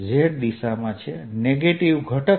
z દિશામાં negative ઘટક છે